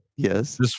Yes